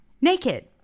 naked